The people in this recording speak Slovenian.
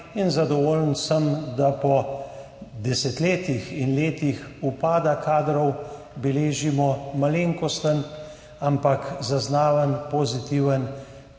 Zadovoljen sem, da po desetletjih in letih upada kadrov beležimo malenkosten, ampak zaznaven pozitiven